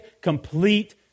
complete